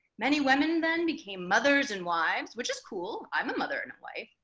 many women then became mothers and wives, which is cool, i'm a mother in a wife,